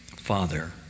Father